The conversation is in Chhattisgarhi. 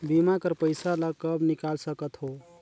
बीमा कर पइसा ला कब निकाल सकत हो?